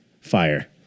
fire